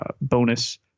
bonus